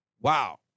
Wow